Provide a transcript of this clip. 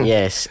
Yes